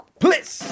please